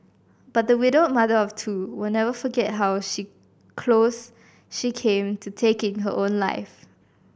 but the widowed mother of two will never forget how she close she came to taking her own life